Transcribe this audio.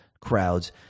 crowds